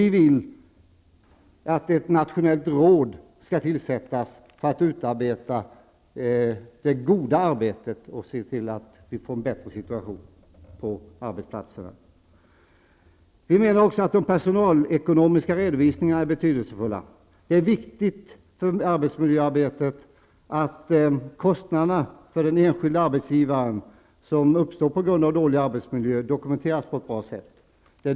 Vi vill att ett nationellt råd skall tillsättas för att utarbeta det goda arbetet och se till att vi får en bättre situation på arbetsplatserna. Vi tycker också att de personalekonomiska redovisningarna är betydelsefulla. Det är viktigt för arbetsmiljöarbetet att kostnaderna för den enskilde arbetsgivaren, som uppstår på grund av dåliga arbetsmiljöer, dokumenteras på ett bra sätt.